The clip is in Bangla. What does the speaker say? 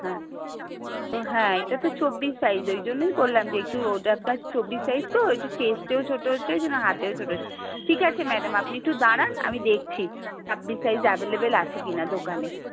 হ্যাঁ তো হ্যাঁ এটা তো চব্বিশ সাইজ ওই জন্যই বললাম যে একটু ওটা আপনার চব্বিশ সাইজ তো একটু চেস্টেও ছোটো হচ্ছে ঐ জন্য হাতেও ছোটো হচ্ছে ঠিক আছে ম্যাডাম আপনি একটু দাঁড়ান আমি দেখছি ছব্বিশ সাইজ অ্যাভেলেবেল আছে কি না দোকানে